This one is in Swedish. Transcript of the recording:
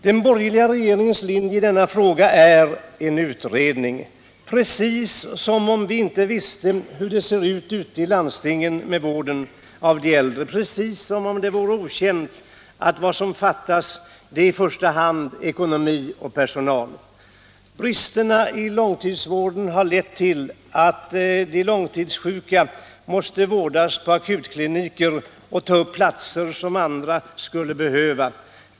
Den borgerliga regeringens linje i denna fråga är en utredning. Precis som om vi inte visste hur det ser ut ute i landstingen med vården av de äldre. Precis som om det vore okänt att vad som fattas är i första hand pengar och personal. Bristerna i långtidsvården har lett till att långtidssjuka måste vårdas på akutkliniker och ta upp platser som andra skulle behöva.